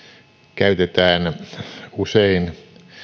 käytetään usein